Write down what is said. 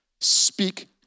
Speak